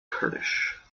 kurdish